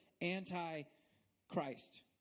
anti-Christ